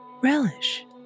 Relish